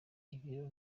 ibiro